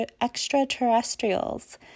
extraterrestrials